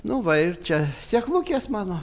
nu va ir čia sėklukės mano